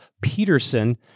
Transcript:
Peterson